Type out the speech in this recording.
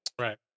Right